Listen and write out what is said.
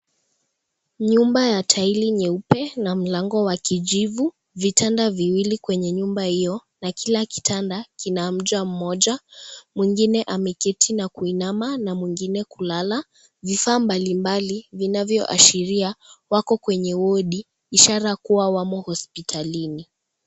Nyumba ya taili nyeupe na mlango wa kijivu, vitanda viwili kwenye nyumba hiyo na kila kitanda kina mja moja. Mwingine ameketi na kuinama na mwingine kulala. Vifaa mbalimbali vinavyo ashiria wako kwenye wodi ishara kuwa wamo hospitalini.